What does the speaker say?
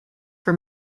for